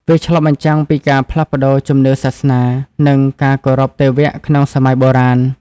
វាឆ្លុះបញ្ចាំងពីការផ្លាស់ប្តូរជំនឿសាសនា និងការគោរពទេវៈក្នុងសម័យបុរាណ។